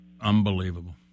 Unbelievable